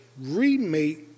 remake